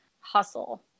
hustle